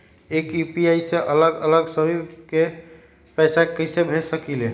एक यू.पी.आई से अलग अलग सभी के पैसा कईसे भेज सकीले?